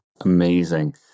Amazing